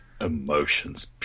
Emotions